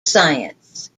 science